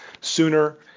sooner